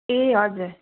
ए हजुर